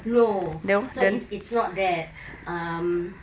no so it's not that um